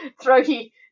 throaty